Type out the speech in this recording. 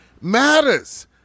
matters